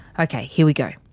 ok here we go.